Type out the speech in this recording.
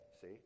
see